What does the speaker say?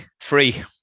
free